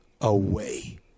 away